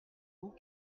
vous